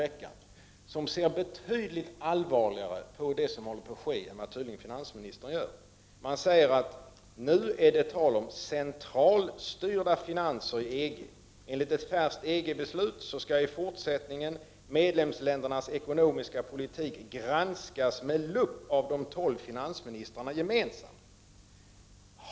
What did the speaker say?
Denna tidning ser betydligt allvarligare på det som håller på att ske än vad finansministern tydligen gör. Man säger i tidningen att det nu är tal om centralstyrda finanser i EG. Enligt ett färskt EG-beslut skall medlemsländernas ekonomiska politik i fortsättningen granskas med lupp av de tolv finansministrarna gemensamt.